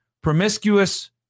promiscuous